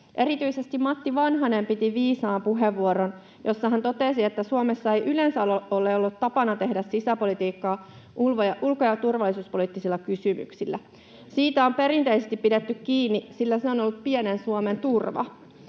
Erityisesti Matti Vanhanen piti viisaan puheenvuoron, jossa hän totesi, että Suomessa ei yleensä ole ollut tapana tehdä sisäpolitiikkaa ulko- ja turvallisuuspoliittisilla kysymyksillä. Siitä on perinteisesti pidetty kiinni, sillä se on ollut pienen Suomen turva.